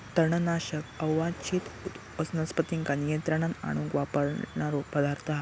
तणनाशक अवांच्छित वनस्पतींका नियंत्रणात आणूक वापरणारो पदार्थ हा